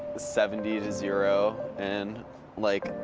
seventy to zero and like,